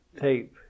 tape